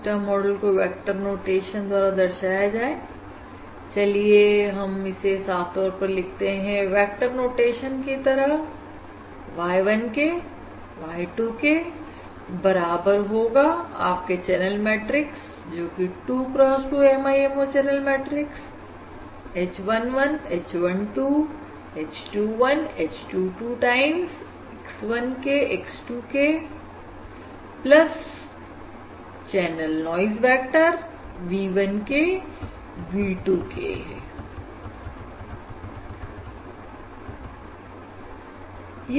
system model को vector notation द्वारा दर्शाया जाए चलिए हम इसे साफ तौर पर लिखते हैं वेक्टर नोटेशन की तरह y 1 k y 2 k बराबर होगा आपके चैनल मैट्रिक्स जो कि 2 cross 2 MIMO channel matrix h 1 1 h 1 2 h 2 1 h 2 2 time x 1 k x 2 k channel noise vector v 1 k v 2 k है